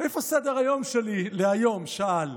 "איפה סדר-היום שלי להיום?" שאל.